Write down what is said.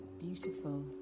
beautiful